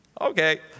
Okay